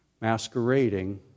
masquerading